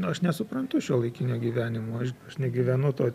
aš nesuprantu šiuolaikinio gyvenimo aš aš negyvenu to